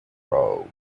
row